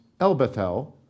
Elbethel